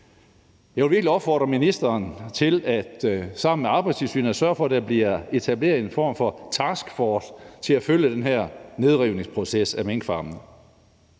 virkelig opfordre ministeren til sammen med Arbejdstilsynet at sørge for, at der bliver etableret en form for taskforce til at følge den her nedrivningsproces af minkfarme.